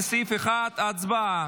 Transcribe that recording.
לסעיף 1. הצבעה.